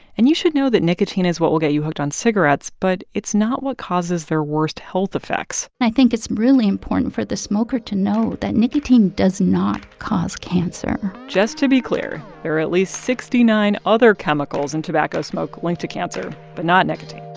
and you should know that nicotine is what will get you hooked on cigarettes, but it's not what causes their worst health effects i think it's really important for the smoker to know that nicotine does not cause cancer just to be clear, there are at least sixty nine other chemicals in tobacco smoke linked to cancer, but not nicotine